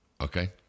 okay